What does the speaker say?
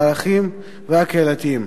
הערכיים והקהילתיים.